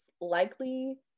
likely